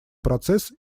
процесс